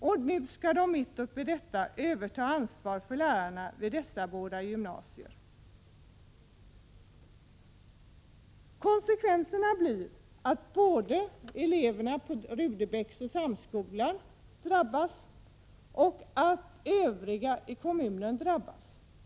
Mitt uppe i dessa bekymmer skall man nu överta ansvaret för lärarna vid dessa båda gymnasier. Konsekvenserna blir att inte bara eleverna på Rudebecks gymnasium och Samskolan utan också övriga elever i kommunen drabbas.